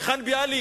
היכן ביאליק?